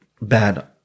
bad